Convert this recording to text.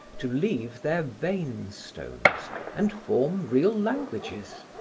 to leave their vein-stones and form real languages.